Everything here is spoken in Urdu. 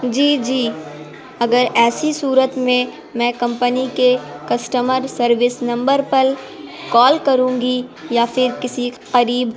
جی جی اگر ایسی صورت میں میں کمپنی کے کسٹمر سروس نمبر پر کال کروں گی یا پھر کسی قریب